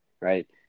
right